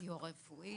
סיוע רפואי.